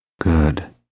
Good